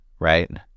Right